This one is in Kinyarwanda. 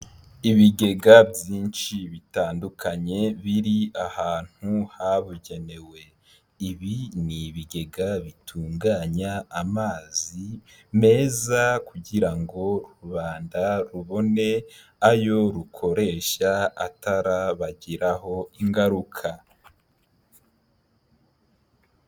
Ibigega byinshi bitandukanye biri ahantu habugenewe ibi ni ibigega bitunganya amazi meza kugira ngo rubanda rubone ayo rukoresha atarabagiraho ingaruka.